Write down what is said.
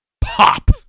pop